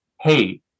hey